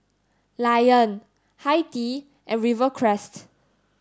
lion Hi Tea and Rivercrest